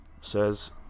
says